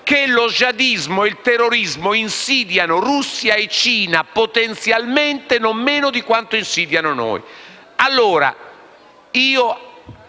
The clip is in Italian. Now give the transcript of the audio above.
che lo jihadismo e il terrorismo insidiano Russia e Cina potenzialmente non meno di quanto insidiano noi.